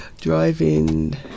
Driving